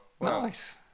Nice